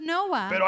Noah